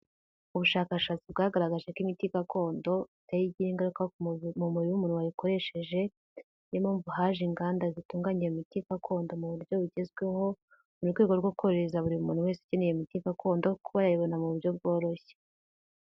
Ubushakashatsi bwagaragaje ko imiti gakondo nayo igira ingaruka ku mubiri w'umuntu wayikoresheje niyo mpamvu haje inganda zitunganya iyo miti gakondo mu buryo bugezweho mu rwego rwo korohereza buri muntu wese ukeneye imiti gakondo kuba yayibona mu buryo bworoshye.